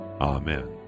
amen